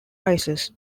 rises